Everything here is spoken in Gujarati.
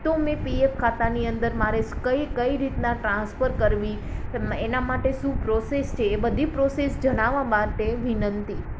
તો મેં પીએફ ખાતાની અંદર મારે કઈ કઈ રીતના ટ્રાન્સફર કરવી એના માટે શું પ્રોસેસ છે એ બધી પ્રોસેસ જણાવવા માટે વિનંતી